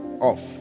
off